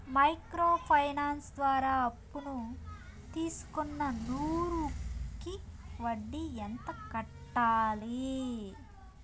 Micro finance ద్వారా అప్పును తీసుకున్న నూరు కి వడ్డీ ఎంత కట్టాలి?